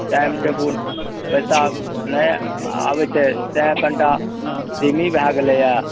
time table पइसा नहि आबै छै तेँ कनिटा धीमी भए गेलैए